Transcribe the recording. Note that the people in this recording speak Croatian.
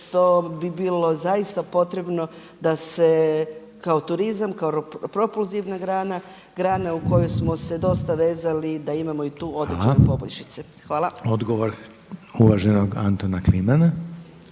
što bi bilo zaista potrebno da se kao turizam, kao propulzivna grana, grana u kojoj smo se dosta vezali da imamo i tu određene poboljšice. Hvala. **Reiner, Željko (HDZ)** Hvala.